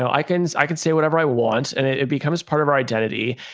so icons, i can say whatever i want and it it becomes part of our identity.